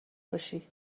باشی